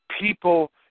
people